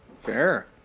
Fair